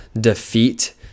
defeat